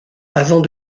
avant